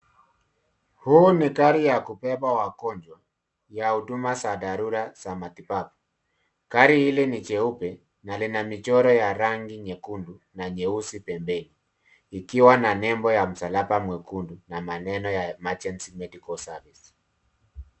Hii ni gari ya kubeba wagonjwa ya huduma za dharura za matibabu. Gari hili ni jeupe na lina michoro ya rangi nyekundu na nyeusi, pembeni ikiwa na nembo ya msalaba mwekundu na maneno ya emergency medical services .